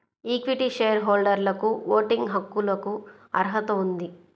equity share హోల్డర్లకుఓటింగ్ హక్కులకుఅర్హత ఉంది